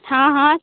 हँ हँ